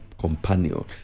companion